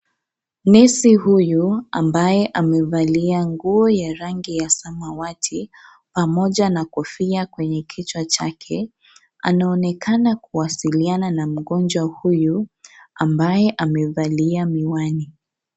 Nesi huyo ambaye amevalia nguo ya rangi ya samawati, pamoja na kofia kwenye kichwa chake. Anaonekana kuwasiliana na mgonjwa huyu ambaye amevalia miwani.